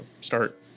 start